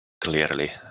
clearly